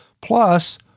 plus